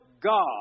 God